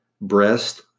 breast